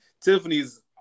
Tiffany's